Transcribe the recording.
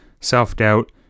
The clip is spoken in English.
self-doubt